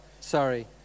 sorry